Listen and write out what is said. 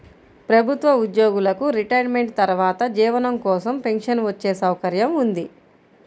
ప్రభుత్వ ఉద్యోగులకు రిటైర్మెంట్ తర్వాత జీవనం కోసం పెన్షన్ వచ్చే సౌకర్యం ఉంది